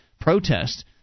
protest